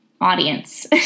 audience